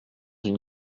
une